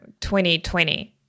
2020